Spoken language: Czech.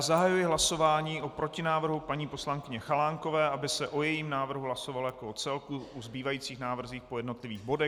Zahajuji hlasování o protinávrhu paní poslankyně Chalánkové, aby se o jejím návrhu hlasovalo jako o celku, o zbývajících návrzích po jednotlivých bodech.